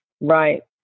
Right